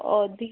ଅଧିକ